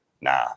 nah